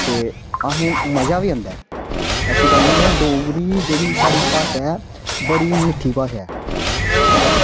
ते असें मजा वी आंदा ऐ ऐसी गल्ल निं ऐ डोगरी जेह्ड़ी साढ़ी भाशा ऐ बड़ी मिट्ठी भाशा ऐ